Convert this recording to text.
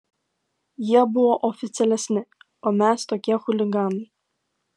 jie buvo oficialesni o mes tokie chuliganai